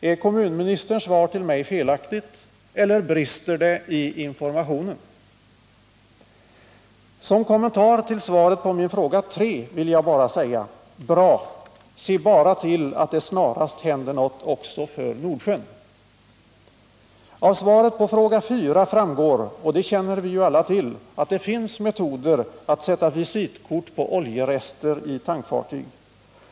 Är kommunministerns svar till mig felaktigt, eller brister det i informationen? Som kommentar till svaret på min fråga 3 vill jag bara säga: Bra, se bara till att det snarast händer något också för Nordsjön! Av svaret på fråga 4 framgår — och det känner vi ju alla till — att det finns metoder att sätta visitkort på oljerester i tankfartyg.